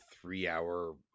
three-hour